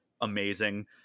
amazing